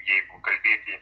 jeigu kalbėti